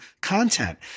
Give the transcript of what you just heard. content